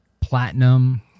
platinum